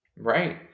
Right